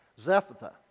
Zephatha